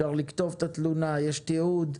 אפשר לכתוב את התלונה, יש תיעוד,